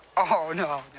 oh, no,